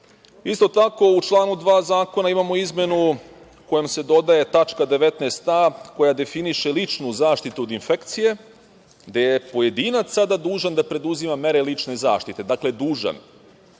tako, u članu 2. Zakona imamo izmenu kojom se dodaje tačka 19a) koja definiše ličnu zaštitu od infekcije, gde je pojedinac sada dužan da preduzima mere lične zaštite, dakle, dužan.